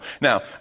Now